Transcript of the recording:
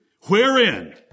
Wherein